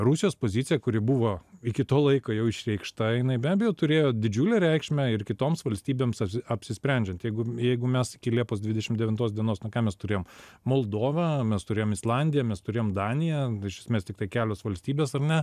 rusijos pozicija kuri buvo iki to laiko jau išreikšta jinai be abejo turėjo didžiulę reikšmę ir kitoms valstybėms apsisprendžiant jeigu jeigu mes iki liepos dvidešimt devintos dienos nu ką mes turėjom moldovą mes turėjom islandiją mes turėjom daniją iš esmės tiktai kelios valstybės ar ne